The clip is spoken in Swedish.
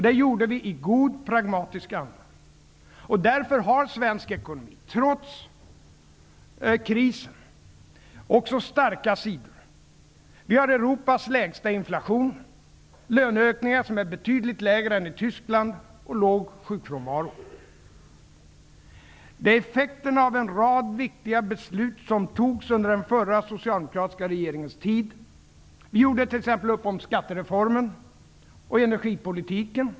Det gjorde vi i god pragmatisk anda. Därför har svensk ekonomi, trots krisen, också starka sidor. Vi har Europas lägsta inflation, löneökningar som är betydligt lägre än i Tyskland och låg sjukfrånvaro. Det är effekterna av en rad viktiga beslut som togs under den förra socialdemokratiska regeringens tid. Vi gjorde t.ex. upp om skattereformen och energipolitiken.